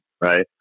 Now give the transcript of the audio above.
right